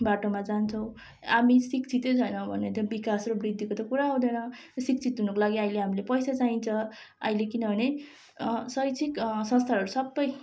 बाटोमा जान्छौँ हामी शिक्षित छैनौँ भने त विकास र वृद्धिको त कुरै आउँदैन शिक्षित हुनुको लागि अहिले हामीले पैसा चाहिन्छ अहिले किनभने शैक्षिक संस्थाहरू सबै